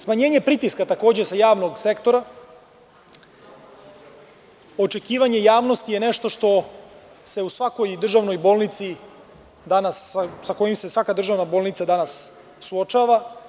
Smanjenje pritiska, takođe, sa javnog sektora, očekivanje javnost je nešto što se u svakoj državnoj bolnici danas, sa kojim se svaka državna bolnica danas suočava.